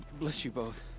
bless you both.